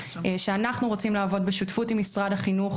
שאנחנו רוצים לעבוד בשותפות עם משרד החינוך